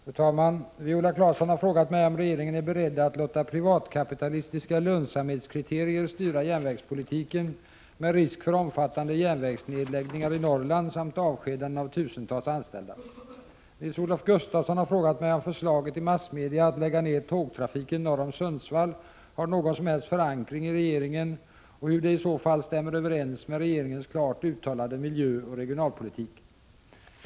Fru talman! Viola Claesson har frågat mig om regeringen är beredd att låta privatkapitalistiska lönsamhetskriterier styra järnvägspolitiken med risk för omfattande järnvägsnedläggningar i Norrland samt avskedanden av tusentals SJ-anställda. Nils-Olof Gustafsson har frågat mig om förslaget i massmedia att lägga ned tågtrafiken norr om Sundsvall har någon som helst förankring i regeringen och hur det i så fall stämmer överens med regeringens klart uttalade miljöoch regionalpolitik.